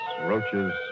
roaches